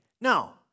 No